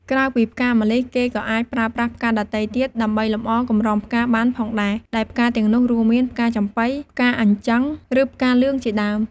ក្រៅពីផ្កាម្លិះ គេក៏អាចប្រើប្រាស់ផ្កាដទៃទៀតដើម្បីលម្អកម្រងផ្កាបានផងដែរ ដែលផ្កាទាំងនោះរួមមាន ផ្កាចំប៉ី ផ្កាអញ្ជឹង ឬផ្កាលឿងជាដើម។